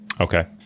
Okay